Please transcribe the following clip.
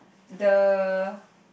the